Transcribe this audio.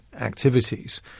activities